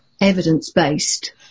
evidence-based